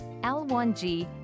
L1G